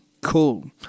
Cool